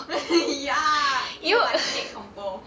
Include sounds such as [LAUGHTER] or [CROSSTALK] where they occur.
[LAUGHS] ya !eww! I hate compo